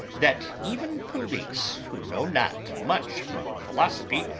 that even police, who know not much from philosophy,